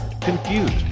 confused